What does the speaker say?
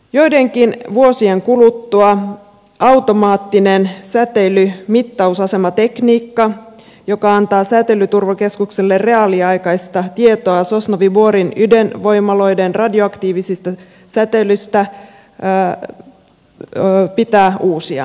joidenkin vuosien kuluttua automaattinen säteilymittausasematekniikka joka antaa säteilyturvakeskukselle reaaliaikaista tietoa sosnovyi borin ydinvoimaloiden radioaktiivisesta säteilystä pitää uusia